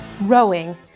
rowing